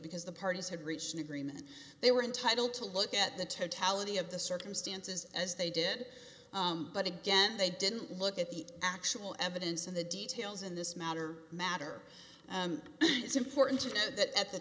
because the parties had reached an agreement they were entitled to look at the totality of the circumstances as they did but again they didn't look at the actual evidence and the details in this matter matter it's important to note that at the